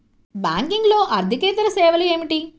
బ్యాంకింగ్లో అర్దికేతర సేవలు ఏమిటీ?